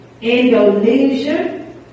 Indonesia